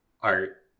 art